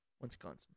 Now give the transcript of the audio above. Wisconsin